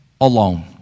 alone